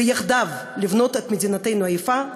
ויחדיו לבנות את מדינתנו היפה,